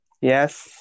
Yes